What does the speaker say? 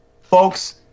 folks